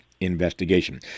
investigation